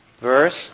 verse